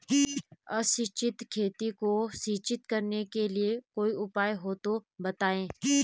असिंचित खेती को सिंचित करने के लिए कोई उपाय हो तो बताएं?